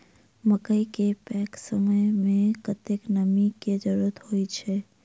मकई केँ पकै समय मे कतेक नमी केँ जरूरत होइ छै?